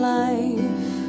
life